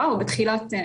או יותר?